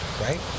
right